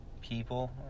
people